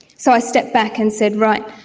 so i stepped back and said, right,